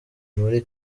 muri